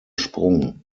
sprung